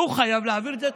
הוא חייב להעביר את זה.